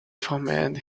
formed